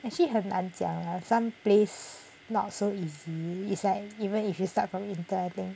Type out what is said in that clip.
actually 很难讲啦 some place not so easy it's like even if you start from intern then